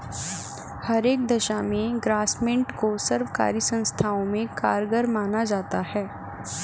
हर एक दशा में ग्रास्मेंट को सर्वकारी संस्थाओं में कारगर माना जाता है